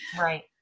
right